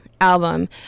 album